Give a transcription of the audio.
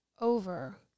over